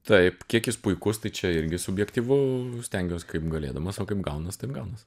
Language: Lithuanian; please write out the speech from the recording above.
taip kiek jis puikus tai čia irgi subjektyvu stengiuos kaip galėdamas o kaip gaunas taip gaunas